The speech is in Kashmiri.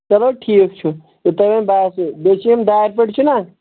چلو ٹھیٖک چھُ یہِ تۄہہِ وۄنۍ باسیو بیٚیہِ چھِ یِم دارِ پٔٹۍ چھِنَہ